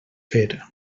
fer